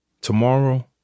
Tomorrow